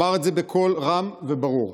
אומר את זה בקול רם וברור: